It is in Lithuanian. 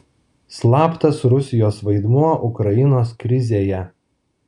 slaptas rusijos vaidmuo ukrainos krizėje